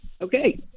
Okay